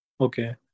Okay